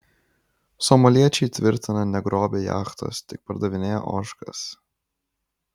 somaliečiai tvirtina negrobę jachtos tik pardavinėję ožkas